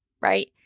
right